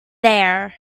there